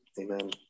amen